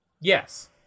Yes